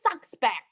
suspects